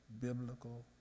biblical